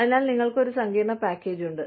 അതിനാൽ നിങ്ങൾക്ക് ഒരു സങ്കീർണ്ണ പാക്കേജ് ഉണ്ട്